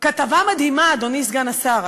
כתבה מדהימה, אדוני סגן השר.